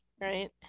Right